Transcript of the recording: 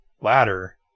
ladder